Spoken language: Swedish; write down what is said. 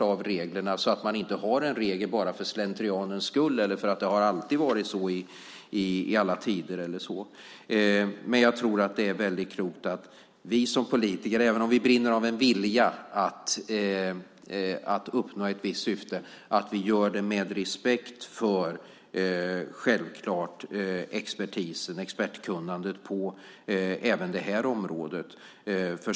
En regel ska inte finnas bara för slentrianens skull eller för att det alltid har varit så i alla tider. Men jag tror att det är klokt att vi politiker - även om vi brinner av en vilja att uppnå ett visst syfte - självklart visar respekt för expertkunnandet även på det här området.